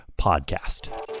podcast